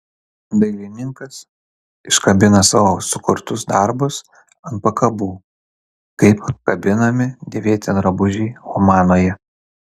dailininkas iškabina savo sukurtus darbus ant pakabų kaip kabinami dėvėti drabužiai humanoje